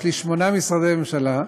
יש לי שמונה משרדי ממשלה שניהלתי,